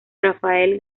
rafael